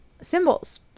symbols